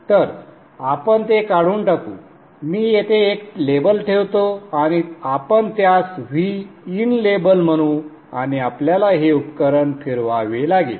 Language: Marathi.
तर आपण ते काढून टाकू मी येथे एक लेबल ठेवतो आणि आपण त्यास Vin लेबल म्हणू आणि आपल्याला हे उपकरण फिरवावे लागेल